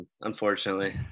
unfortunately